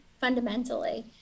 fundamentally